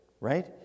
Right